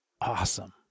Awesome